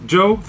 Joe